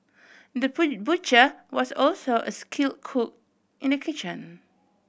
the butcher was also a skill cook in the kitchen